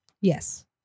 Yes